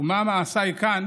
ומה מעשיי כאן